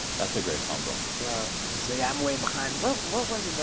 that's a great combo so so yeah, i'm way behind. what what was it?